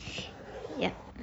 yup